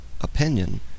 opinion